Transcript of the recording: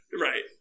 right